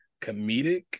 comedic